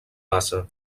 base